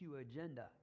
agenda